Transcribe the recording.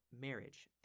marriage